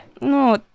no